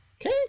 okay